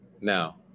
now